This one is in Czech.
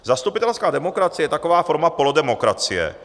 Zastupitelská demokracie je taková forma polodemokracie.